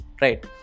right